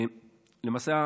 למעשה,